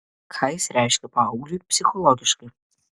ką jis reiškia paaugliui psichologiškai